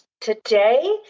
Today